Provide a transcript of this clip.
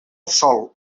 sòl